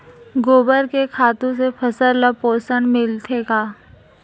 गोबर के खातु से फसल ल पोषण मिलथे का?